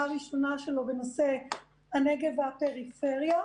הראשונה שלו בנושא הנגב והפריפריה,